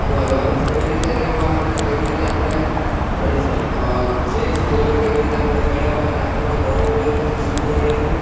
એમાં રન્સ કેવી રીતે લેવા અને કેવી રીતે આપણે રન્સને સિક્સ ફોર કેવી રીતે આપણે મેળવવા અને આપણને ઘણું બધું એમાંથી શીખવા મળતું